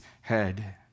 head